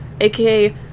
aka